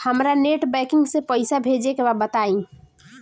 हमरा net banking से पईसा भेजे के बा बताई?